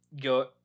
go